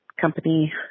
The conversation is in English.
company